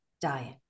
diet